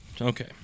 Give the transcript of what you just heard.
okay